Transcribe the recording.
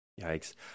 Yikes